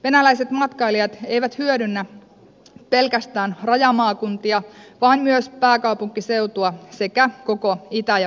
venäläiset matkailijat eivät hyödynnä pelkästään rajamaakuntia vaan myös pääkaupunkiseutua sekä koko itä ja pohjois suomea